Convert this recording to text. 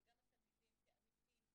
אבל גם התלמידים כעמיתים,